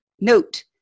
Note